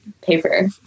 paper